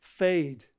fade